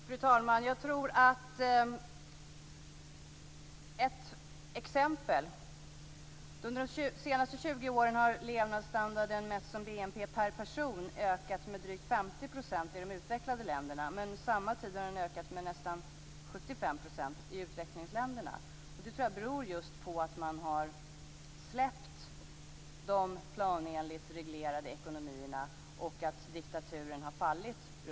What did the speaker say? Fru talman! Jag ska ta ett exempel. Under de senaste 20 åren har levnadsstandarden mätt som BNP per person ökat med drygt 50 % i de utvecklade länderna, men under samma tid har den ökat med nästan 75 % i utvecklingsländerna. Det tror jag beror just på att man har släppt de planenligt reglerade ekonomierna och att diktaturer runtom har fallit.